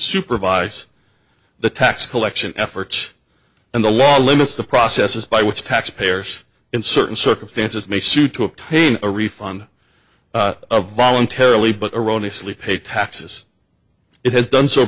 supervise the tax collection efforts and the law limits the processes by which tax payers in certain circumstances may sue to obtain a refund voluntarily but erroneous lee pay taxes it has done so